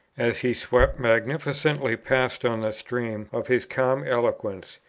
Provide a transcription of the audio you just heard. as he swept magnificently past on the stream of his calm eloquence,